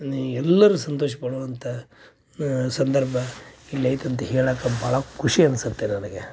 ಈ ಎಲ್ಲರೂ ಸಂತೋಷಪಡುವಂಥ ಸಂದರ್ಭ ಇಲ್ಲಿ ಐತೆ ಅಂತ ಹೇಳಕ್ಕ ಭಾಳ ಖುಷಿ ಅನ್ಸುತ್ತೆ ನನಗೆ